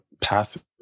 passive